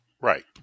Right